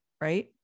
right